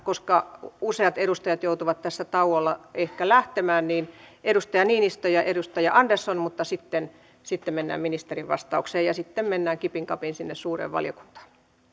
koska useat edustajat joutuvat tässä tauolla ehkä lähtemään siis edustaja niinistö ja edustaja andersson mutta sitten sitten mennään ministerin vastaukseen ja sitten mennään kipin kapin sinne suureen valiokuntaan